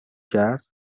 کرد